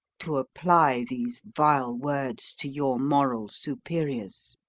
to apply these vile words to your moral superiors?